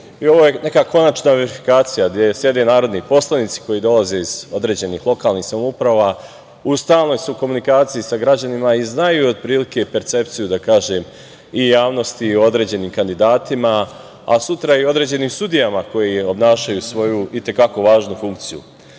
i ovo je neka konačna verifikacija, gde sede narodni poslanici koji dolaze iz određenih lokalnih samouprava, u stalnoj su komunikaciji sa građanima i znaju otprilike percepciju da kažem i javnosti i o određenim kandidatima, a sutra i o određenim sudijama koji obnašaju svoju itekako važnu funkciju. Lično